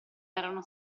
erano